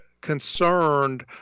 concerned